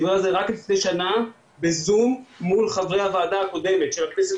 רק לפני שנה בזום מול חברי הוועדה של הכנסת